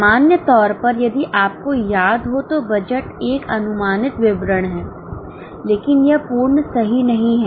सामान्य तौर पर यदि आपको याद हो तो बजट एक अनुमानित विवरण है लेकिन यह पूर्ण नहीं है